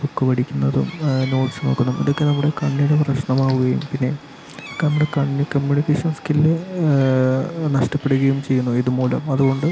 book മേടിക്കുന്നതും notes നോക്കുന്നതും ഇതൊക്കെ നമ്മുടെ കണ്ണിന് പ്രശ്നമാകുകയും പിന്നെ നമ്മുടെ കണ്ണ് കമ്മ്യൂണിക്കേഷൻ സ്ക്കില്ല് നഷ്ടപ്പെടുകയും ചെയ്യുന്നു ഇത് മൂലം അതുകൊണ്ട്